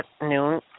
noon